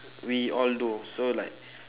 we all do so like